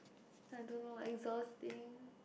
I don't know exhausting